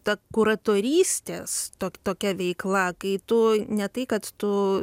ta kuratorystės to tokia veikla kai tu ne tai kad tu